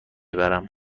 برم